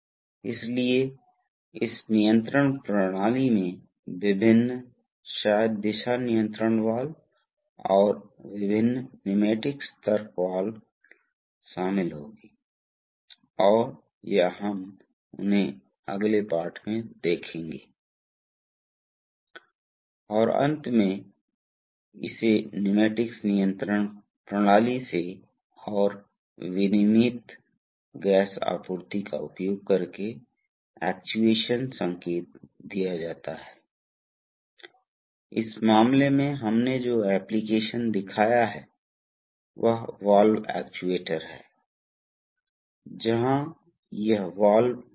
अब हम देखते हैं इसलिए अंत में इसलिए अब हमने कई वाल्वों का सही अध्ययन किया है इसलिए हमने पहले पंपों और मोटरों का अध्ययन किया है जो द्रव को वितरित करते हैं और अंत में द्रव मोटर का उपयोग करते हैं रोटरी एक्ट्यूएटर तो हमने देखा है कि द्रव कैसे हो सकता है यह दिशाएं बदली जा सकती हैं और यह पथ पर है प्रवाह और दबाव को कैसे नियंत्रित किया जा सकता है इसलिए अब अंत में कि द्रव एक एक्ट्यूएटर में जाएगा इसलिए एक्ट्यूएटर में से एक रोटरी एक्ट्यूएटर मोटर हो सकता है जिसका आप पहले से ही अध्ययन कर चुके हैं अब हम एक रैखिक एक्चुएटर को देखने जा रहे हैं जो एक सिलेंडर है